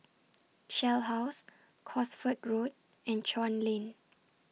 Shell House Cosford Road and Chuan Lane